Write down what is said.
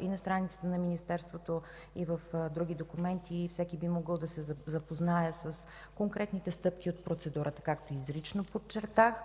и на страницата на Министерството, и в други документи и всеки би могъл да се запознае с конкретните стъпки от процедурата. Както изрично подчертах,